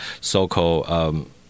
so-called